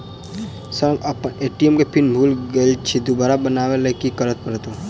Sir हम अप्पन ATM केँ पिन भूल गेल छी दोबारा बनाबै लेल की करऽ परतै?